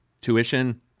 tuition